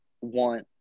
want –